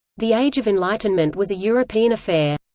the age of enlightenment was a european affair.